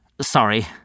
sorry